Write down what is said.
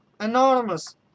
enormous